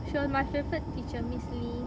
she was my favourite teacher miss lee